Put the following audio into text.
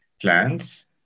plans